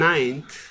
Ninth